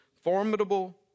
formidable